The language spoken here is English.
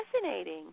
fascinating